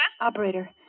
Operator